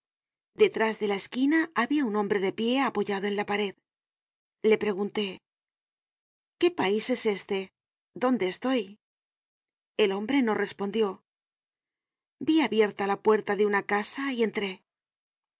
detrás de la esquina habia un hombre de pie apoyado en la pared le pregunté qué pais es este dónde estoy el hombre no respondió vi abierta la puerta de una casa y entré la